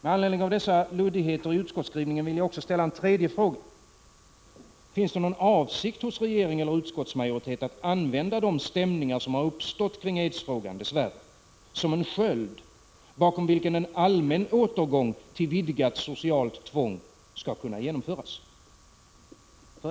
Med anledning av dessa luddigheter i utskottsskrivningen vill jag ställa också en tredje fråga: Finns det någon avsikt hos regeringen eller utskottsmajoriteten att använda de stämningar som dess värre har uppstått kring aidsfrågan som en sköld, bakom vilken en allmän återgång till vidgat socialt tvång skall kunna genomföras?